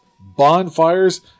bonfires